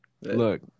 Look